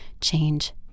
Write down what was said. change